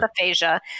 aphasia